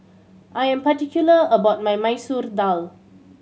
I am particular about my Masoor Dal